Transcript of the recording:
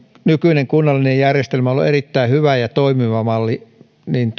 nykyinen kunnallinen järjestelmä on ollut erittäin hyvä ja toimiva malli